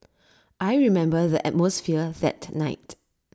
I remember the atmosphere that night